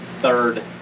third